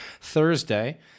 Thursday